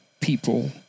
people